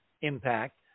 impact